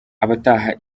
abataha